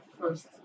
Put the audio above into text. first